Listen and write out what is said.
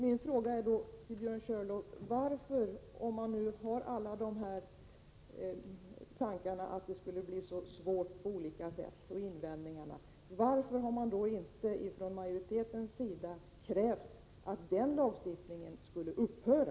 Min fråga till Björn Körlof är: Om man nu har alla dessa invändningar och tankar om att en lagstiftning skulle bli så svår, varför har inte majoriteten krävt att denna lagstiftning skulle upphöra?